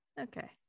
okay